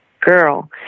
girl